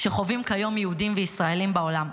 שחווים כיום יהודים וישראלים בעולם,